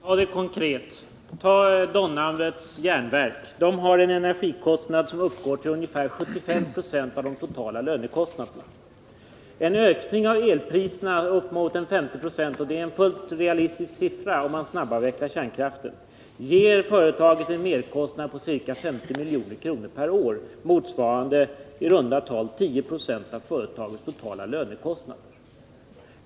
Herr talman! Låt oss ta ett konkret exempel. Domnarvets Jernverk har en energikostnad som uppgår till ungefär 75 20 av de totala lönekostnaderna. En ökning av energipriserna uppemot 50 96 — det är en fullt realistisk siffra, om man snabbavvecklar kärnkraften — ger företaget en merkostnad på ca 50 milj.kr. per år, motsvarande i runt tal 1076 av företagets totala lönekostnader.